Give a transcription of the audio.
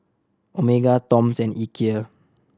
Omega Toms and Ikea